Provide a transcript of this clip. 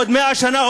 עוד 100 שנה?